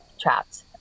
trapped